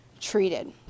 treated